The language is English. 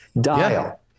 dial